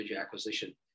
acquisition